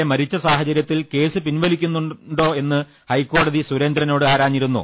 A മരിച്ച സാഹചരൃത്തിൽ case പിൻവലിക്കുന്നുണ്ടോ എന്ന് ഹൈക്കോടതി സുരേന്ദ്രനോട് ആരാഞ്ഞിരുന്നു